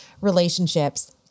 relationships